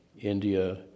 India